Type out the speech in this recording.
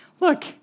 look